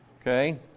Okay